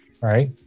right